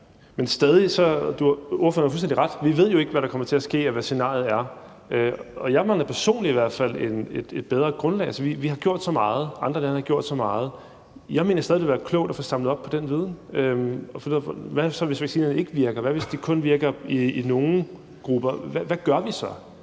Men stadig væk har ordføreren fuldstændig ret. Vi ved jo ikke, hvad der kommer til at ske, og hvad scenariet er, og jeg mangler personligt i hvert fald et bedre grundlag. Vi har gjort så meget, og andre lande har gjort så meget. Jeg mener stadig væk, det ville være klogt at få samlet op på den viden. Hvad så, hvis vaccinerne ikke virker? Hvad, hvis de kun virker i nogle grupper? Hvad gør vi så?